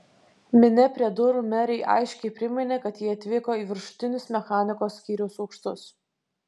minia prie durų merei aiškiai priminė kad ji atvyko į viršutinius mechanikos skyriaus aukštus